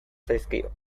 zaizkio